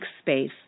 space